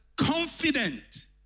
confident